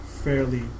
fairly